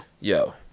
Yo